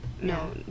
no